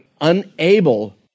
unable